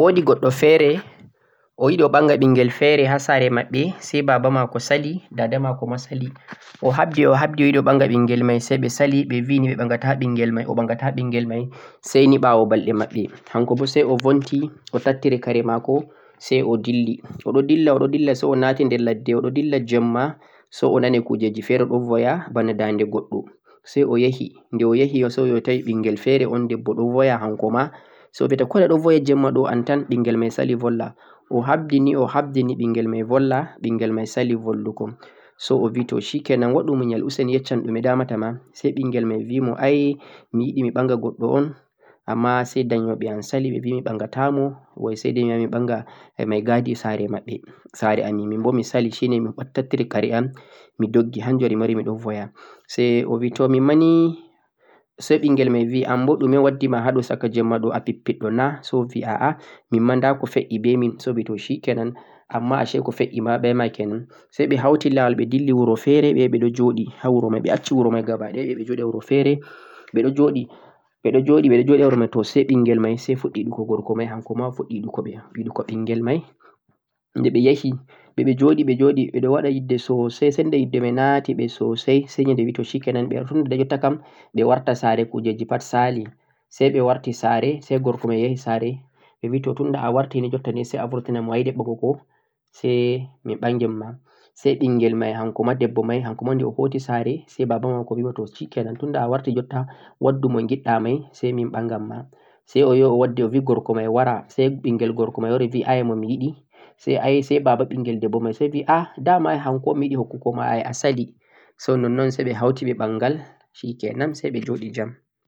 woodi goɗɗo feere, o yiɗi o ɓanga ɓinngel feere ha saare maɓɓe say baaba maako sali, dada maako ma sali, o haɓdi,o haɓdi, o yiɗi o ɓanga ɓinngel may say ɓe sali ɓe bi ni ɓe ɓangata ɓinngel may o ɓangata ɓinngel may say ni ɓa'wo balɗe maɓɓe, hanko bo say obonti o tattiri kare maako, say o dilli, o ɗo dilla, o ɗo dilla say o naati der ladde o ɗo dilla jeemma, say o nani kuujeeeji feere ɗo boya bana ndannde goɗɗo, say o yahi, ndee o yahi say o tawi ɓinngel feere un debbo ɗo boya hanko ma, say o biya ta ko waɗi a boya ta an tan, ɓinngel may sali bolla, o haɓdi ni, o haɓdi ni ɓinngel may bolla, ɓinngel may sali bollugo, say o bi to 'shikenan' waɗu muyal useni yaccam ɗume damata ma?, say ɓinngel may bi mo ay mi yiɗi mi ɓanga goɗɗo un ammaa say dayoɓe am sali, ɓe bi mi ɓangata mo way say mi yaha mi ɓanga may gadi saare maɓɓe saare amin, min bo mi sali, mi tattiri kare am doggi hannjum on mi wari miɗo boya, say o bi to mimma ni, say ɓinngel may bi anbo ɗume waddi ma ha ɗo saka jeemma ɗo a pippiɗo na?, say o bi aa mimma nda ko fe'ii be min say o bi to 'shikenan', ammaa ashe ko fe'ii be ma kenan, say ɓe hawti laawol ɓe dilli wuro feere ɓe yahi ɓe ɗo joɗi ha wuro may, ɓe acci wuro may gabaɗaya, ɓe yahi ɓe joɗi ha wuro feere, ɓeɗo joɗi ɓeɗon joɗi ha wuro may to say ɓinngel may say fuɗɗi yiɗugo gorko may, hanko ma o fuɗɗi yiɗugo ɓinngel may, de ɓe yahi, ɓe joɗi ɓe joɗi ɓe ɗo waɗa yidde soosay sannda yidde may naati ɓe soosay, say nyannde may ɓe bi to 'shikenan' tunda jotta kam ɓe warta saare kuujeeeji pat sali, say ɓe warti saare, say gorko may yahi saare, say ɓe bi tunda a warti ni say burti ra mo a yiɗi ɓangugo mi ɓangina ma, say ɓinngel may hanko ma debbo may hanko ma de o hoti saare say baaba maako bi mo to 'shikenan' tunda a warti jotta waddi mo giɗɗa may say min ɓangammaa, say o yahi o waddi o bi gorko may wara say ɓinngel gorko may bi aya mo mi yiɗi say baaba ɓinngel debbo may ah dama ay hanko un mi yiɗi hokku go ma ay a sali so nonnon say ɓe hawti ɓe ɓanngal, 'shikenan' say ɓe joɗi jam.